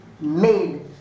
made